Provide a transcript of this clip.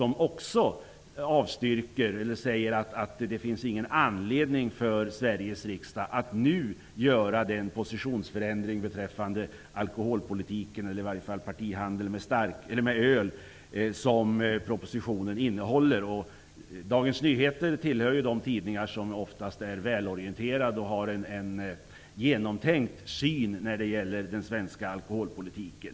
I den stod det också att det inte finns någon anledning för Sveriges riksdag att nu göra den positionsförändring beträffande partihandel med öl som föreslås i propositionen. Dagens Nyheter tillhör de tidningar som oftast är välorienterade och har en genomtänkt syn när det gäller den svenska alkoholpolitiken.